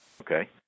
Okay